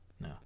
No